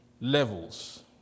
levels